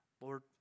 Lord